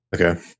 okay